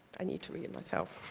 i need to read it myself.